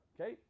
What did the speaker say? Okay